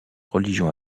religion